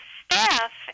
staff